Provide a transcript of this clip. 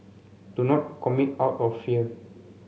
do not commit out of fear